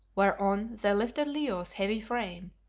whereon they lifted leo's heavy frame,